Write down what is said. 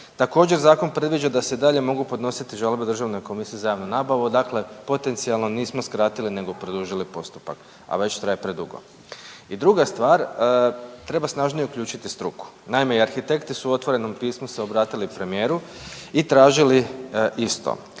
Također zakon predviđa da se i dalje mogu podnositi žalbe Državnoj komisiji za javnu nabavu, dakle potencijalno nismo skratili nego produžili postupak, a već traje predugo. I druga stvar, treba snažnije uključiti struku. Naime i arhitekti su u otvorenom pismu se obratili premijeru i tražili isto.